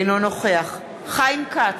אינו נוכח חיים כץ,